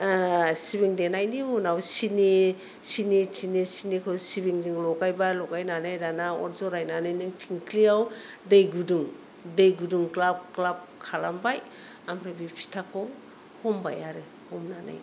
सिबिं देनायनि उनाव सिनि सिनि थिनि सिनिखौ सिबिंजों लगायबाय लगायनानै दाना अर जरायनानै नों थिंख्लिआव दै गुदुं दै गुदुं ग्लाब ग्लाब खालामबाय ओमफ्राय बे फिथाखौ हमबाय आरो हमनानै